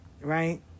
right